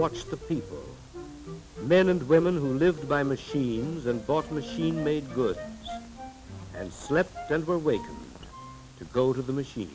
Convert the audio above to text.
watch the people men and women who lived by machines and bought machine made good and slept denver wake up to go to the machine